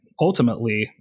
ultimately